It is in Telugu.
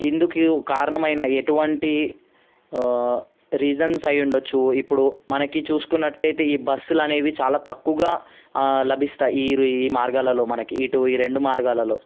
ఇందుకు కారణమైన ఎటువంటి రీజన్స్ అయ్యుండొచ్చు ఇప్పుడు మనకి చూసుకున్నట్లయితే ఈ బస్సులు అనేవి చాలా తక్కువగా లభిస్తాయి ఈ మార్గాలలో మనకి ఇటూ ఈ రెండు మార్గాలలో